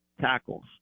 tackles